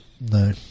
No